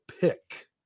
pick